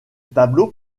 tableau